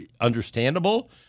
understandable